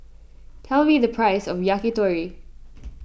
tell me the price of Yakitori